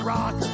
Rock